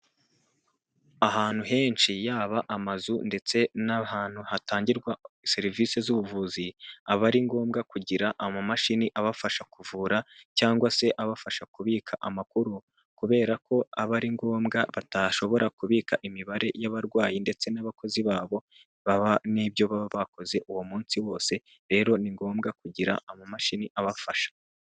Ahantu henshi yaba amazu ndetse n'ahantu hatangirwa serivisi z'ubuvuzi, aba ari ngombwa kugira amamashini abafasha kuvura cyangwa se abafasha kubika amakuru, kubera ko aba ari ngombwa batashobora kubika imibare y'abarwayi ndetse n'abakozi babo baba n'ibyo baba bakoze uwo munsi wose, rero ni ngombwa kugira amamashini abafasha.